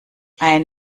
ein